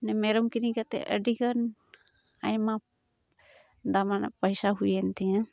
ᱢᱮᱨᱚᱢ ᱠᱤᱨᱤᱧ ᱠᱟᱛᱮᱫ ᱟᱹᱰᱤᱜᱟᱱ ᱟᱭᱢᱟ ᱫᱟᱢᱟᱱᱟᱜ ᱯᱟᱭᱥᱟ ᱦᱩᱭᱮᱱᱛᱤᱧᱟᱹ